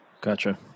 Gotcha